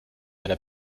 einer